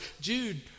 Jude